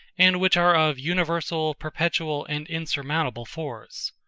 and which are of universal, perpetual, and insurmountable force.